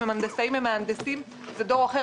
הם הנדסאים, הם מהנדסים זה דור אחר.